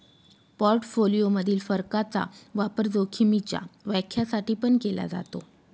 portfolio मधील फरकाचा वापर जोखीमीच्या व्याख्या साठी पण केला जातो